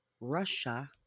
Russia